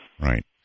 Right